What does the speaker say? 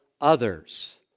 others